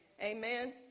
Amen